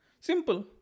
Simple